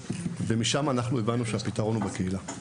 ומשם אנחנו הבנו שהפתרון לבעיה הזו הוא בקהילה.